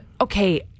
Okay